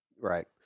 Right